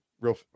Real